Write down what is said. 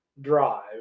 drive